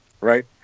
Right